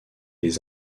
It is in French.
les